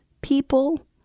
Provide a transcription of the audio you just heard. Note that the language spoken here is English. people